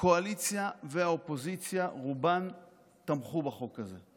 הקואליציה והאופוזיציה, רובן תמכו בחוק הזה.